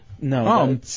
No